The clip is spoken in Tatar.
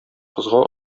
кызга